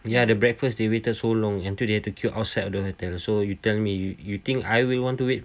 ya the breakfast they waited so long and they have to queue outside the hotel so you tell me you you think I will want to wait